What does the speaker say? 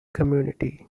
community